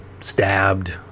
stabbed